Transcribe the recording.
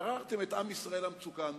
גררתם את עם ישראל למצוקה הנוכחית,